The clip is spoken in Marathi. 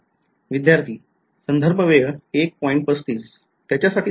विध्यार्थी त्याच्यासाठी सोडवणे